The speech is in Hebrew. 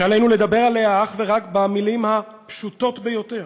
שעלינו לדבר עליה אך ורק במילים הפשוטות ביותר,